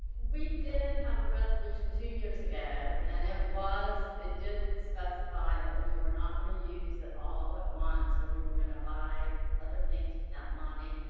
we did have a resolution two years ago and it was it did specify that we we're not gonna use that all at once and we were gonna buy other things with that money.